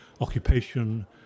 occupation